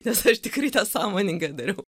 nes aš tikrai nesąmoningai dariau